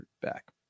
back